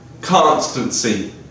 constancy